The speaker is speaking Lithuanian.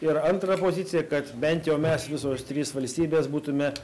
ir antra pozicija kad bent jau mes visos trys valstybės būtume